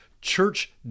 church